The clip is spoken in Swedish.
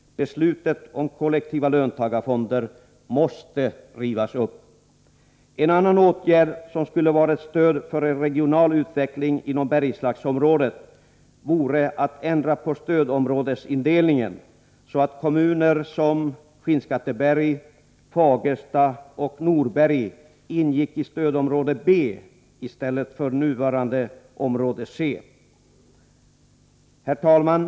Beslutet om kollektiva löntagarfonder måste rivas upp. En annan åtgärd som skulle vara ett stöd för en regional utveckling inom Bergslagsområdet vore att ändra stödområdesindelningen, så att kommuner som Skinnskatteberg, Fagersta och Norberg ingick i stödområde B i stället för som nu område C. Herr talman!